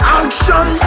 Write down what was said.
action